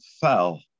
fell